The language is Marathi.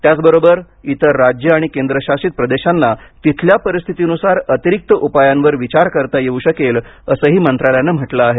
त्याचबरोबर इतर राज्ये आणि केंद्रशासित प्रदेशांना तिथल्या परीस्थीतीनुसार अतिरिक्त उपायांवर विचार करता येवू शकेल असंही मंत्रालयानं म्हटलं आहे